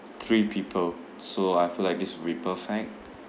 three people so I feel like this will be perfect